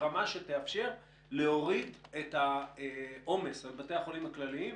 ברמה שתאפשר להוריד את העומס על בתי החולים הכלליים,